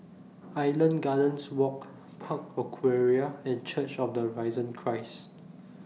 Island Gardens Walk Park Aquaria and Church of The Risen Christ